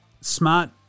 Smart